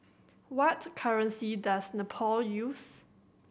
what currency does Nepal use